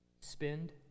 Spend